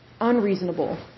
unreasonable